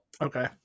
Okay